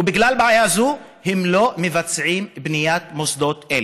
ובגלל בעיה זו הם לא מבצעים בנייה של מוסדות אלה.